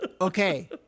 Okay